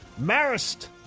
Marist